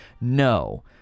no